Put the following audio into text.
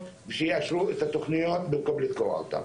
שיאשרו את התוכניות במקום לתקוע אותם.